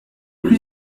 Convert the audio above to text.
plus